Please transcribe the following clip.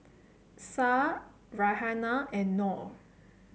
Syah Raihana and Nor